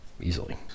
easily